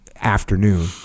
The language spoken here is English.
afternoon